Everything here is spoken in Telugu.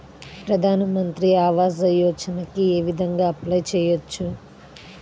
ప్రధాన మంత్రి ఆవాసయోజనకి ఏ విధంగా అప్లే చెయ్యవచ్చు?